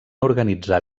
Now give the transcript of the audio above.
organitzar